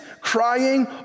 crying